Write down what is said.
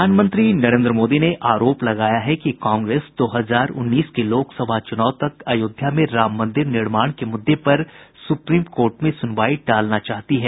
प्रधानमंत्री नरेन्द्र मोदी ने आरोप लगाया है कि कांग्रेस दो हजार उन्नीस के लोकसभा चूनाव तक अयोध्या में राम मंदिर निर्माण के मुददे पर सुप्रीम कोर्ट में सुनवाई टालना चाहती है